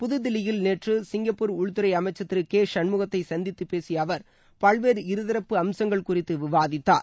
புதுதில்லியில் நேற்று சிங்கப்பூர் உள்துறை அமைச்சர் திரு கே சண்முகத்தை சந்தித்துப் பேசிய அவர் பல்வேறு இருதரப்பு அம்சங்கள் குறித்து விவாதித்தார்